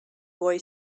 boy